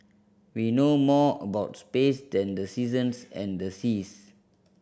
we know more about space than the seasons and the seas